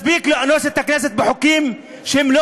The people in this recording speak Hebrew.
מספיק לאנוס את הכנסת בחוקים שהם לא